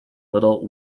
little